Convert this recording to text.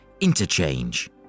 Interchange